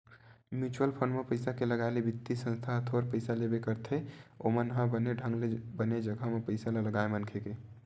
mutual fund म पइसा के लगाए ले बित्तीय संस्था ह थोर पइसा लेबे करथे ओमन ह बने ढंग ले बने जघा म पइसा ल लगाथे मनखे के